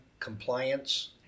Compliance